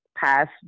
past